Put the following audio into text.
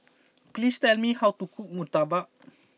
please tell me how to cook Murtabak